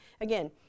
Again